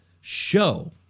show